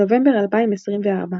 בנובמבר 2024,